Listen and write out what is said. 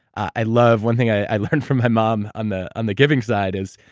i love one thing i learned from my mom on the um the giving side is,